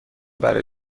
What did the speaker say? برای